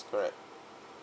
correct